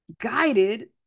guided